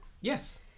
Yes